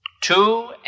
Two